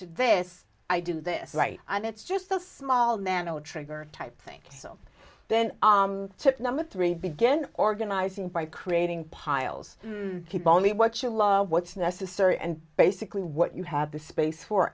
to this i do this right and it's just the small nano trigger type thing so then number three begin organizing by creating piles keep only what you love what's necessary and basically what you have the space for